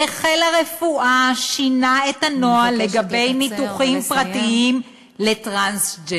וחיל הרפואה ישנו את הנוהל לגבי ניתוחים פרטיים לטרנסג'נדרים."